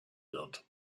wird